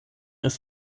ist